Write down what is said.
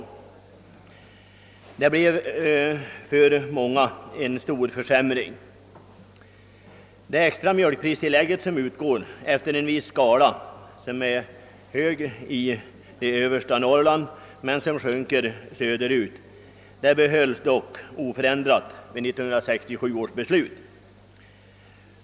Beslutet medförde för många en stor försämring. Det extra mjölkpristillägget utgår efter en viss skala: det är högre i översta Norrland och sjunker söderut. Detta tillägg bibehölls oförändrat i 1967 års beslut.